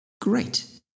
Great